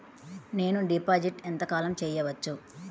నేను డిపాజిట్ ఎంత కాలం చెయ్యవచ్చు?